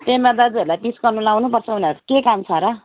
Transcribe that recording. पेम्बा दाजुहरूलाई पिस गर्न लाउनु पर्छ उनीहरूको के काम छ र